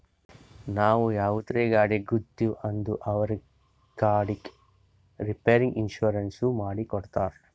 ನಾವು ಯಾವುದರೇ ಗಾಡಿಗ್ ಗುದ್ದಿವ್ ಅಂದುರ್ ಅವ್ರ ಗಾಡಿದ್ ರಿಪೇರಿಗ್ ಇನ್ಸೂರೆನ್ಸನವ್ರು ಮಾಡಿ ಕೊಡ್ತಾರ್